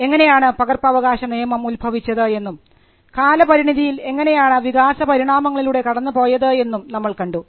എങ്ങനെയാണ് പകർപ്പവകാശനിയമം ഉത്ഭവിച്ചത് എന്നും കാലപരിണിതിയിൽ എങ്ങനെയാണത് വികാസപരിണാമങ്ങളിലൂടെ കടന്നുപോയത് എന്നും നമ്മൾ കണ്ടു